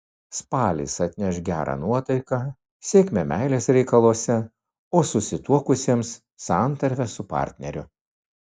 spalis atneš gerą nuotaiką sėkmę meilės reikaluose o susituokusiems santarvę su partneriu